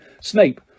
Snape